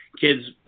kids